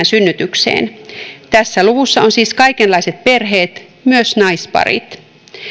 synnytykseen tässä luvussa on siis kaikenlaiset perheet myös naisparit